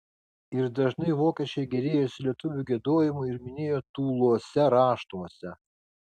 ir dažnai vokiečiai gėrėjosi lietuvių giedojimu ir minėjo tūluose raštuose